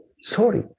sorry